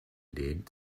lehnt